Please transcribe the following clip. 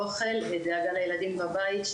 אוכל ודאגה לילדים בבית,